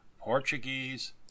Portuguese